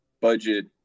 budget